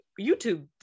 YouTube